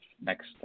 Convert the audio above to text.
next